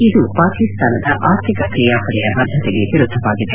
ಇದು ಪಾಕಿಸ್ತಾನದ ಅರ್ಥಿಕ ಕ್ರಿಯಾ ಪಡೆಯ ಬದ್ದೆತೆಗೆ ವಿರುದ್ದವಾಗಿದೆ